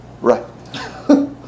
right